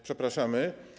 Przepraszamy.